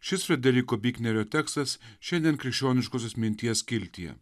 šis frederiko biknerio tekstas šiandien krikščioniškosios minties skiltyje